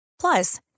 Plus